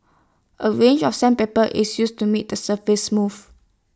A range of sandpaper is used to make the surface smooth